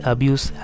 Abuse